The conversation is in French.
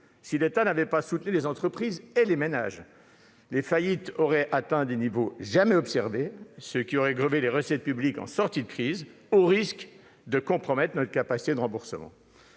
si l'État n'avait pas soutenu les entreprises et les ménages, les faillites auraient atteint des niveaux jamais observés, ce qui aurait grevé les recettes publiques en sortie de crise au risque de compromettre notre capacité de remboursement.